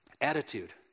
attitude